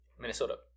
Minnesota